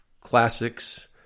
classics